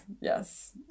Yes